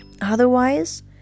Otherwise